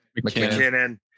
McKinnon